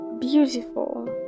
beautiful